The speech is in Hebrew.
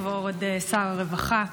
כבוד שר הרווחה,